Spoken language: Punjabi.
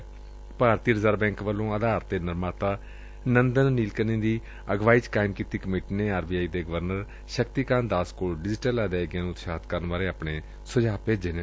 ਭਾਰਤੀ ਰਿਜਰਵ ਬੈਂਕ ਵੱਲੋ ਆਧਾਰ ਦੇ ਨਿਰਮਾਤਾ ਨੰਦਨ ਨੀਲਕਨੀ ਦੀ ਅਗਵਾਈ 'ਚ ਕਾਇਮ ਕੀਤੀ ਕਮੇਟੀ ਨੇ ਆਰਬੀਆਈ ਦੇ ਗਵਰਨਰ ਸ਼ਕਤੀਕਾਂਤ ਦਾਸ ਕੋਲ ਡਿਜੀਟਲ ਅਦਾਇਗੀਆਂ ਨੂੰ ਉਤਸ਼ਾਹਿਤ ਕਰਨ ਬਾਰੇ ਆਪਣੇ ਸੁਝਾਅ ਭੇਜੇ ਨੇ